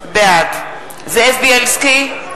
בעד זאב בילסקי,